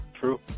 true